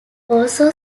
also